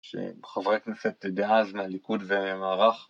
שחברי הכנסת דאז מהליכוד והמערך.